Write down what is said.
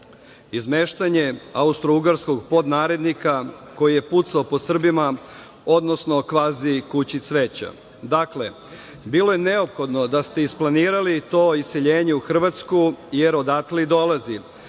Izmeštanje Austrougarskog podnarednika koji je pucao po Srbima, odnosno kvazi Kući cveća. Dakle, bilo je neophodno da ste isplanirali to iseljenje u Hrvatsku, jer odatle i dolazi.